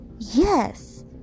Yes